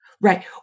Right